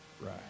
Right